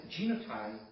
genotype